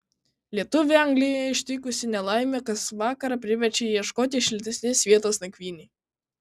lietuvį anglijoje ištikusi nelaimė kas vakarą priverčia jį ieškoti šiltesnės vietos nakvynei